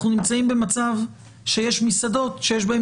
אנחנו נמצאים במצב שיש מסעדות שיש בהן